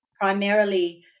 Primarily